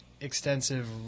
extensive